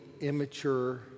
immature